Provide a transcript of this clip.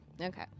Okay